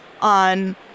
on